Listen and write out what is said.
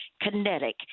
kinetic